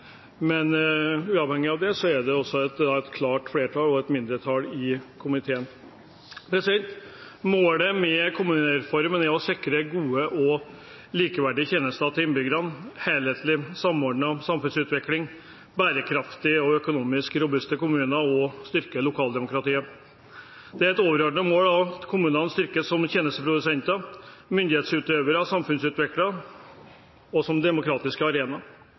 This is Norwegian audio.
men uavhengig av det er det et klart flertall og et mindretall i komiteen. Målet med kommunereformen er å sikre gode og likeverdige tjenester til innbyggerne, helhetlig og samordnet samfunnsutvikling, bærekraftige og økonomisk robuste kommuner og å styrke lokaldemokratiet. Det er et overordnet mål at kommunene styrkes som tjenesteprodusenter, myndighetsutøvere, samfunnsutviklere og demokratisk arena.